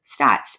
stats